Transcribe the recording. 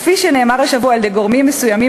כפי שנאמר השבוע על-ידי גורמים מסוימים